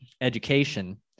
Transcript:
education